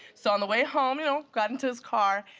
so on the way home you know got into his car.